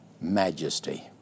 Majesty